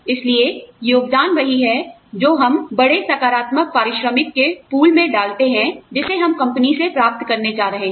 इसलिए योगदान वही है जो हम बड़े सकारात्मक पारिश्रमिक के पूल में डालते हैं जिसे हम कंपनी से प्राप्त करने जा रहे हैं